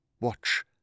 Watch